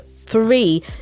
three